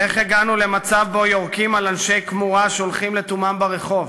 איך הגענו למצב שבו יורקים על אנשי כמורה שהולכים לתומם ברחוב?